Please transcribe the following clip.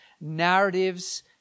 narratives